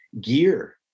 gear